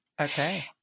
Okay